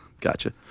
Gotcha